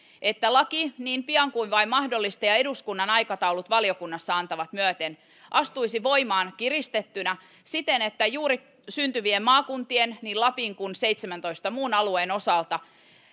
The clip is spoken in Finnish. että laki niin pian kuin vain mahdollista ja eduskunnan aikataulut valiokunnassa antavat myöten astuisi voimaan kiristettynä siten että juuri syntyvien maakuntien niin lapin kuin seitsemäntoista muun alueen osalta